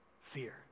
fear